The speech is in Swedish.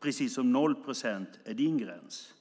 precis som 0 procent är din gräns.